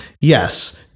Yes